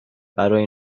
برای